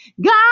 god